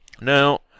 Now